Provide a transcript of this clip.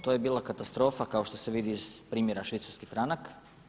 To je bila katastrofa kao što se vidi iz primjera švicarski franak.